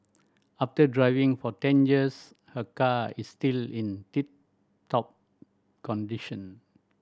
after driving for ten years her car is still in tip top condition